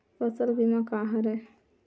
फसल बीमा का हरय?